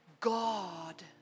God